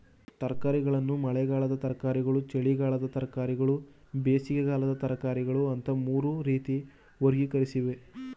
ತರಕಾರಿಯನ್ನು ಮಳೆಗಾಲದ ತರಕಾರಿಗಳು ಚಳಿಗಾಲದ ತರಕಾರಿಗಳು ಬೇಸಿಗೆಕಾಲದ ತರಕಾರಿಗಳು ಅಂತ ಮೂರು ರೀತಿ ವರ್ಗೀಕರಿಸವ್ರೆ